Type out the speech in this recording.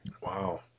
Wow